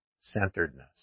centeredness